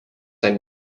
ant